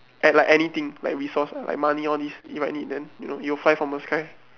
and like anything like resource ah like money all this if i might need them you know you fly from the sky